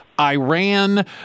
iran